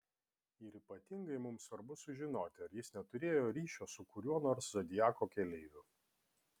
ir ypatingai mums svarbu sužinoti ar jis neturėjo ryšio su kuriuo nors zodiako keleiviu